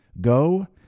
go